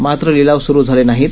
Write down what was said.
मात्र लिलाव सुरू झाले नाहीत